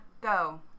go